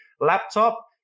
laptop